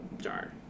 jar